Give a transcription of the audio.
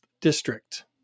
District